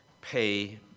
pay